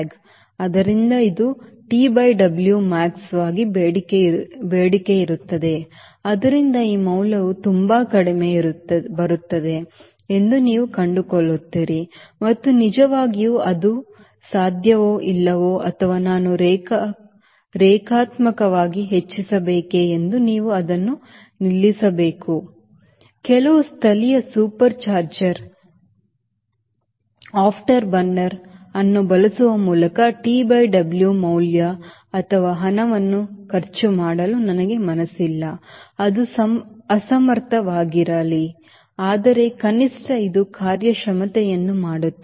ಆದ್ದರಿಂದ ಇದು T W ಗರಿಷ್ಠವಾಗಿ ಬೇಡಿಕೆಯಿರುತ್ತದೆ ಆದ್ದರಿಂದ ಈ ಮೌಲ್ಯವು ತುಂಬಾ ಕಡಿಮೆ ಬರುತ್ತದೆ ಎಂದು ನೀವು ಕಂಡುಕೊಳ್ಳುತ್ತೀರಿ ಮತ್ತು ನಿಜವಾಗಿಯೂ ಅದು ಸಾಧ್ಯವೋ ಇಲ್ಲವೋ ಅಥವಾ ನಾನು ರೇಖಾತ್ಮಕವಾಗಿ ಹೆಚ್ಚಿಸಬೇಕೇ ಎಂದು ನೀವು ಅದನ್ನು ನಿಲ್ಲಿಸಬೇಕು ಕೆಲವು ಸ್ಥಳೀಯ ಸೂಪರ್ಚಾರ್ಜರ್ ಆಫ್ಟರ್ಬರ್ನರ್ ಅನ್ನು ಬಳಸುವ ಮೂಲಕ TW ಮೌಲ್ಯ ಅಥವಾ ಹಣವನ್ನು ಖರ್ಚು ಮಾಡಲು ನನಗೆ ಮನಸ್ಸಿಲ್ಲ ಅದು ಅಸಮರ್ಥವಾಗಿರಲಿ ಆದರೆ ಕನಿಷ್ಠ ಇದು ಕಾರ್ಯಕ್ಷಮತೆಯನ್ನು ಮಾಡುತ್ತದೆ